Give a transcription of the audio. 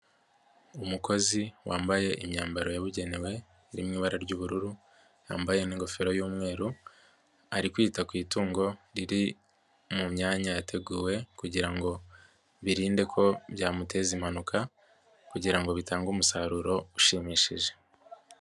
Umukozi wambaye imyambaro yabugenewe iri mu ibara ry'ubururu yambaye ningofero y'umweru, ari kwita ku itungo riri mu myanya yateguwe kugira ngo birinde ko byamuteza impanuka kugira ngo bitange umusaruro ushimishije.